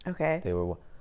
Okay